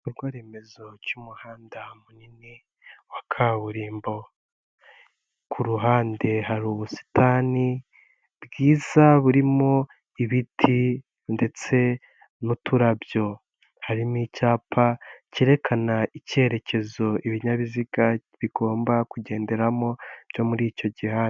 Igikorwaremezo cy'umuhanda munini wa kaburimbo ku ruhande hari ubusitani bwiza burimo ibiti ndetse n'uturabyo, harimo icyapa cyerekana icyerekezo ibinyabiziga bigomba kugenderamo byo muri icyo gihanda.